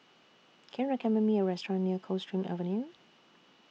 Can YOU recommend Me A Restaurant near Coldstream Avenue